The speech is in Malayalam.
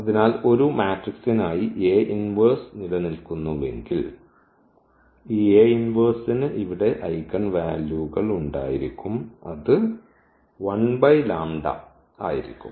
അതിനാൽ ഒരു മാട്രിക്സിനായി നില നിൽക്കുന്നുവെങ്കിൽ ഈ ന് ഇവിടെ ഐഗൻ വാല്യൂകൾ ഉണ്ടായിരിക്കും അത് ആയിരിക്കും